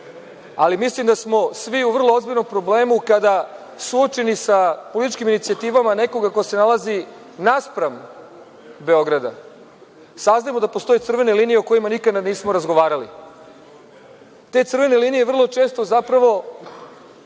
Ali, mislim da smo svi u vrlo ozbiljnom problemu kada suočeni sa političkim inicijativama nekoga ko se nalazi naspram Beograda saznajemo da postoje crvene linije o kojima nikada nismo razgovarali. Te crvene linije vrlo često zapravo